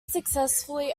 successfully